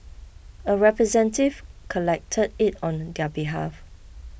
a representative collected it on behalf